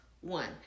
one